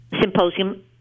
symposium